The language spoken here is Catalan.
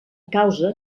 causa